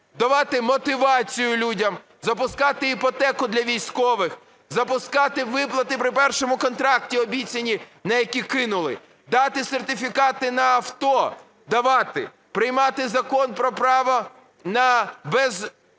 давати мотивацію людям, запускати іпотеку для військових, запускати виплати при першому контракті обіцяні, на які кинули, дати сертифікати на авто, давати, приймати Закон про право на безмитне